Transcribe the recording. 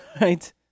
right